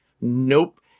nope